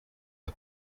the